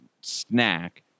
snack